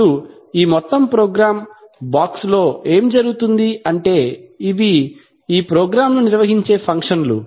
ఇప్పుడు ఈ మొత్తం ప్రోగ్రామ్ బాక్స్లో ఏమి జరుగుతుంది అంటే అవి ఈ ప్రోగ్రామ్లో నిర్వహించే ఫంక్షన్ లు